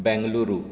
Bengaluru